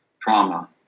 trauma